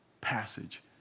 passage